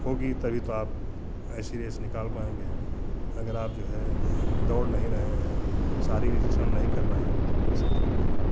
होगी तभी तो आप ऐसी रेस निकाल पाएँगे अगर आप जो है दौड़ नहीं रहे हैं शारीरिक श्रम नहीं कर रहे हैं तो कैसे कर पाएँगे आप